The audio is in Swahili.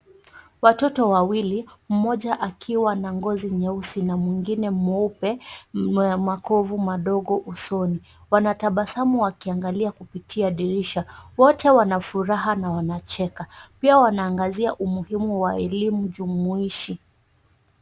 Watoto walili, mmoja akiwa na ngozi nyeuesi na mwingine mweupe, makovu madogo usoni. Wanatabasamu wakiangalia kupitia dirisha. Wote wana furaha na wanacheka. Pia wanaangazia umuhimu wa elimu jumuishi.